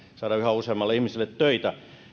saadaan yhä useammalle ihmiselle töitä